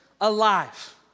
alive